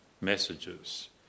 messages